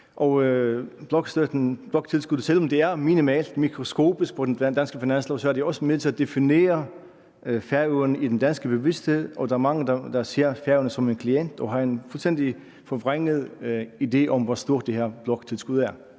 bloktilskuddet er mikroskopisk på den danske finanslov, så er det også med til at definere Færøerne i den danske bevidsthed, og der er mange, der ser Færøerne som en klient og har en fuldstændig forvrænget idé om, hvor stort det her bloktilskud er.